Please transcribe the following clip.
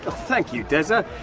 ah thank you, dezza!